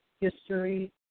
history